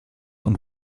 und